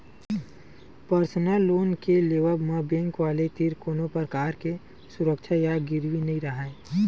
personal loan के लेवब म बेंक वाले तीर कोनो परकार के सुरक्छा या गिरवी नइ राहय